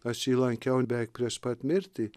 aš jį lankiau beveik prieš pat mirtį